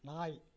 நாய்